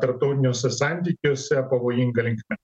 tarptautiniuose santykiuose pavojinga linkme